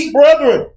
brethren